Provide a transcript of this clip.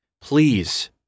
please